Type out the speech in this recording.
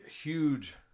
huge